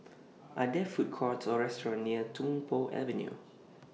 Are There Food Courts Or restaurants near Tung Po Avenue